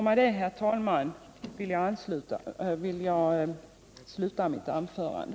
Med detta, herr talman, vill jag sluta mitt anförande.